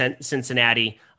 Cincinnati